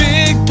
Big